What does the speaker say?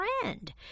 friend